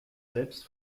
selbst